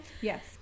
Yes